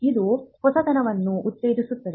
ಇದು ಹೊಸತನವನ್ನು ಉತ್ತೇಜಿಸುತ್ತದೆ